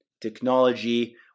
technology